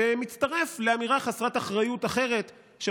זה מצטרף לאמירה חסרת אחריות אחרת של